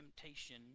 temptation